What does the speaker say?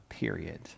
Period